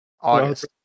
August